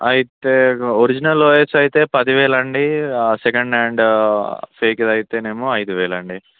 అయితే original OS అయితే పది వేలు అండి సెకండ్ హ్యాండ్ ఫేక్ది అయితే ఏమో ఐదు వేలు అండి